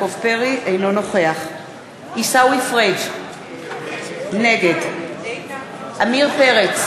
אינו נוכח עיסאווי פריג' נגד עמיר פרץ,